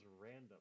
random